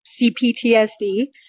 CPTSD